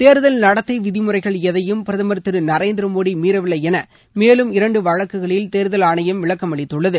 தோ்தல் நடத்தை விதிமுறைகள் எதையும் பிரதமர் திரு நரேந்திர மோடி மீறவில்லை என மேலும் இரண்டு வழக்குகளில் தேர்தல் ஆணையம் விளக்கமளித்துள்ளது